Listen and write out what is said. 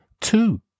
Two